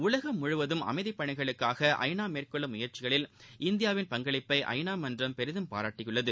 உலகம் முழுவதும் அமைதி பணிகளுக்காக ஐ நா மேற்கொள்ளும் முயற்சிகளில் இந்தியாவிள் பங்களிப்பை ஐ நா மன்றம் பெரிதும் பாராட்டியுள்ளது